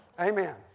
Amen